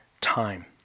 time